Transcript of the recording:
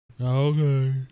Okay